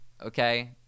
okay